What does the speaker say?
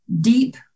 deep